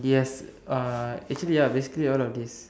yes uh actually ya basically all of this